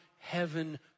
heaven